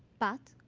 but